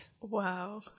Wow